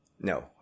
No